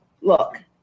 Look